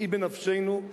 שהיא בנפשנו,